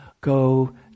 go